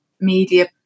media